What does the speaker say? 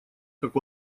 как